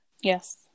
Yes